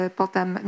potem